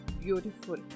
beautiful